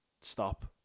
stop